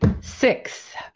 Six